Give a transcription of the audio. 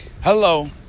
Hello